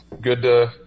good